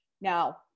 Now